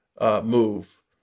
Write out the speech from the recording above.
move